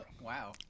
Wow